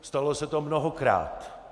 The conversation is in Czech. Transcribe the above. Stalo se to mnohokrát.